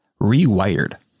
rewired